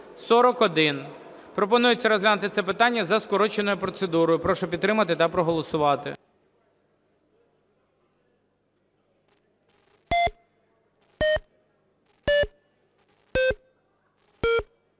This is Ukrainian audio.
Пропонується розглянути це питання за скороченою процедурою. Прошу підтримати та проголосувати.